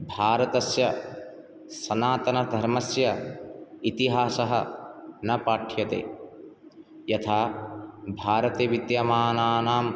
भारतस्य सनातनधर्मस्य इतिहासः न पाठ्यते यथा भारते विद्यमानानां